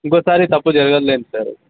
ఇంకోసారి ఈ తప్పు జరగదులెండి సార్